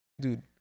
dude